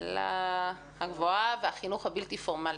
נורית שרביט,